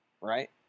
right